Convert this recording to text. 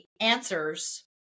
answers